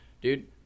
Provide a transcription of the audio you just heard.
dude